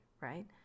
right